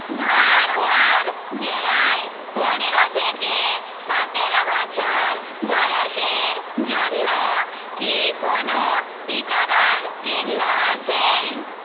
ধারওয়াড় জেলায় পনেরো থেকে সাতেরো বছর বয়সের জন্য কি কোনও টিকাদান কেন্দ্র আছে